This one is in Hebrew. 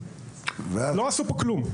לא עשו פה כלום.